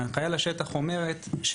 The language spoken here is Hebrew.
ההנחיה לשטח אומרת,